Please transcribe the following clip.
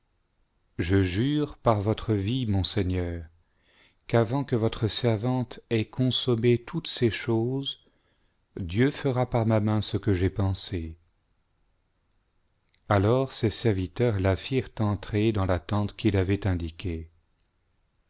je jure par votre vie mon seigneur qu'avant que votre servante ait consommé toutes ces choses dieu fera par ma main ce que j'ai pensé alors ses serviteurs la firent entrer dans la tente qu'il avait indiquée